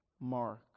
Mark